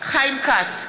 חיים כץ,